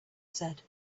said